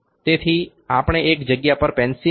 તેથી આપણે એક જગ્યા પર પેંસિલની જાડાઈ 7